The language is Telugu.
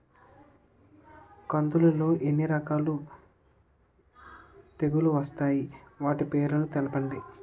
కందులు లో ఎన్ని రకాల తెగులు వస్తాయి? వాటి పేర్లను తెలపండి?